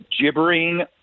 gibbering